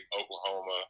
Oklahoma